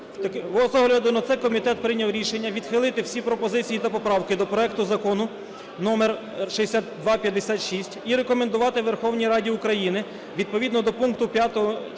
огляду на це комітет прийняв рішення відхилити всі пропозиції та поправки до проекту Закону номер 6256 і рекомендувати Верховній Раді України, відповідно до пункту 5